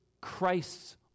Christ's